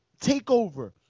takeover